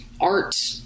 art